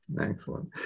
excellent